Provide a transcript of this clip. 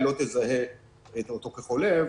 היא לא תזהה אותו כחולה.